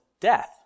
death